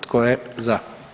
Tko je za?